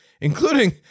including